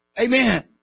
Amen